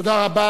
תודה רבה.